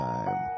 Time